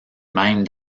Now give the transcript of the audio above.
même